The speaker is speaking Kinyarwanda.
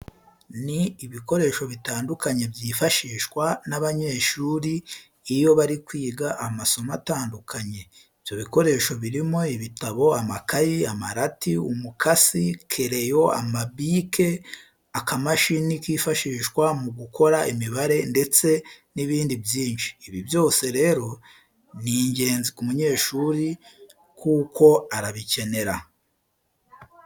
Ni ibikoresho bitandukanye byifashishwa n'abanyeshuri iyo bari kwiga amasomo atandukanye. Ibyo bikoresho birimo ibitabo, amakayi, amarati, umukasi, kereyo, amabike, akamashini kifashishwa mu gukora imibare ndetse n'ibindi byinshi. Ibi byose rero ni ingenzi ku munyeshuri kuko arabikenera.